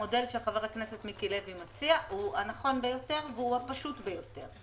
המודל שחבר הכנסת מיקי לוי מציע הוא הנכון ביותר והפשוט ביותר.